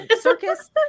circus